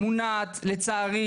מונעת לצערי